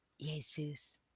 Jesus